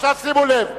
עכשיו שימו לב.